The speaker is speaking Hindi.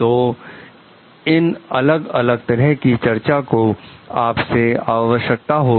तो इन अलग अलग तरह की चीजों की आपसे आवश्यकता होगी